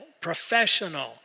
professional